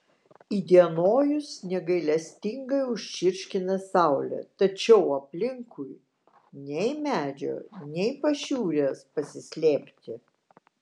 įdienojus negailestingai užčirškina saulė tačiau aplinkui nei medžio nei pašiūrės pasislėpti